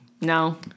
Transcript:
No